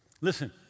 Listen